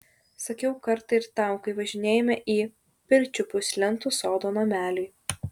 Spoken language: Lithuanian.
sakiau kartą ir tau kai važinėjome į pirčiupius lentų sodo nameliui